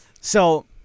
So-